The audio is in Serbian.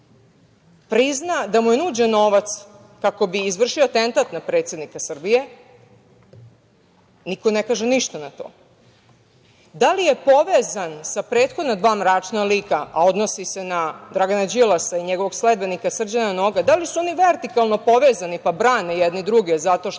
prizna da mu je nuđen novac kako bi izvršio atentat na predsednika Srbije, niko ne kaže ništa na to. Da li je povezan sa prethodna dva mračna lika, a odnosi se na Dragana Đilasa i njegovog sledbenika Srđana Noga, da li su oni vertikalno povezani pa brane jedni druge zato što